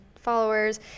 followers